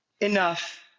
enough